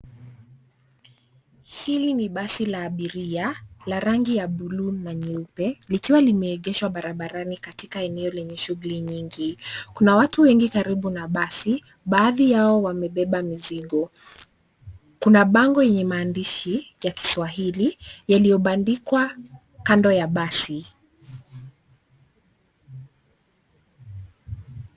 Hili ni basi la abiria la rangi ya buluu na nyeupe likiwa limeegeshwa barabarani katika eneo lenye shughuli nyingi. Kuna watu wengi karibu na basi baadhi yao wamebeba mizigo. Kuna bango yenye maandishi ya kiswahili yaliyobandikwa kando ya basi.